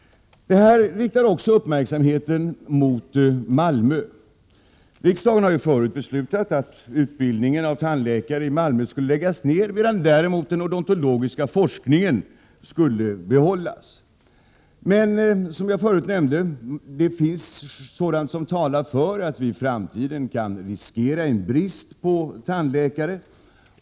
Detta riktar uppmärksamheten mot Malmö. Riksdagen har förut beslutat att utbildningen av tandläkare i Malmö skall läggas ned, medan den odontologiska forskningen skall behållas där. Som jag förut nämnde finns sådant som talar för att vi i framtiden riskerar att få en brist på tandläkare.